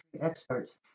experts